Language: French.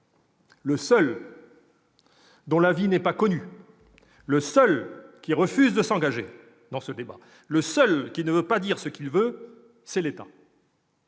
acteur dont l'avis n'est pas connu, le seul qui refuse de s'engager dans ce débat, le seul qui ne veut pas dire ce qu'il veut, c'est l'État